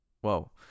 whoa